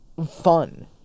fun